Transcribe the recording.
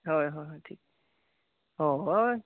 ᱦᱳᱭ ᱦᱳᱭ ᱴᱷᱤᱠ ᱦᱳᱭᱻ